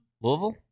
Louisville